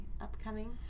upcoming